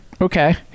okay